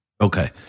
Okay